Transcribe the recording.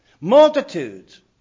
multitudes